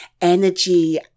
energy